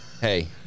hey